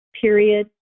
period